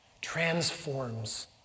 transforms